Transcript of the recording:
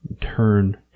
Turn